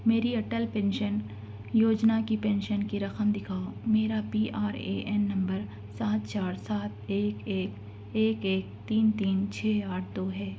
میری اٹل پینشن یوجنا کی پینشن کی رقم دکھاؤ میرا P R A N number سات چار سات ایک ایک ایک ایک تین تین چھے آٹھ دو ہے